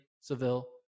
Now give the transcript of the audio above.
Seville